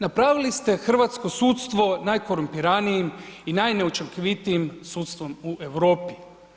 Napravili ste hrvatsko sudstvo najkorumpiranijim i najneučinkovitijim sudstvom u Europi.